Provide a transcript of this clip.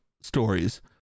stories